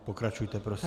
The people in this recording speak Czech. Pokračujte prosím.